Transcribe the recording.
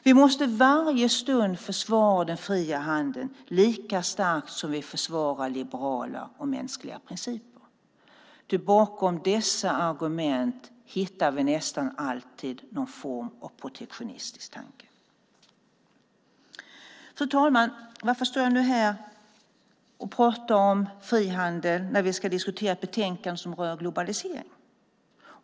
Vi måste varje stund försvara den fria handeln lika starkt som vi försvarar liberala och mänskliga principer ty bakom dessa argument hittar vi nästan alltid någon form av protektionistisk tanke. Fru talman! Varför står jag nu här och pratar om frihandel när vi ska diskutera ett betänkande som rör globalisering?